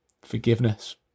Forgiveness